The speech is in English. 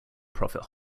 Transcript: profit